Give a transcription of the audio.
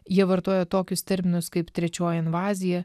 jie vartoja tokius terminus kaip trečioji invazija